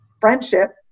friendship